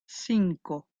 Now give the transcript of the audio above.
cinco